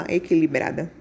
equilibrada